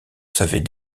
savait